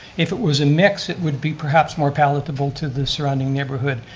if it was a mix, it would be perhaps more palatable to the surrounding neighborhood,